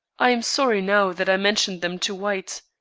i am sorry now that i mentioned them to white.